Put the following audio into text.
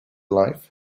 life